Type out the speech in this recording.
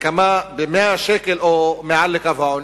ב-100 שקל מעל לקו העוני,